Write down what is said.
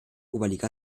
oberliga